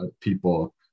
people